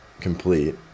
complete